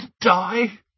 die